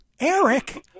Eric